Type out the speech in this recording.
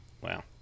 Wow